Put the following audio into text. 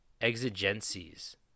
Exigencies